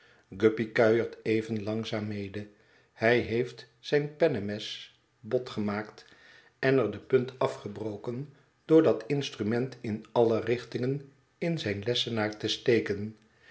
guppy kuiert even langzaam mede hij heeft zijn pennemes bot gemaakt en er de punt afgebroken door dat instrument in alle richtingen in zijn lessenaar te steken